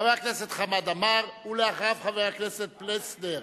חבר הכנסת חמד עמאר, ואחריו, חבר הכנסת פלסנר,